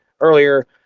earlier